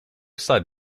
sled